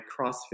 CrossFit